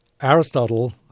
Aristotle